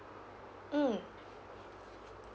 mm